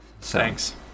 Thanks